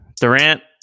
Durant